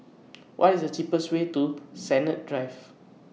What IS The cheapest Way to Sennett Drive